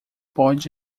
pode